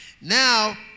Now